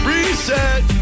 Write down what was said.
Reset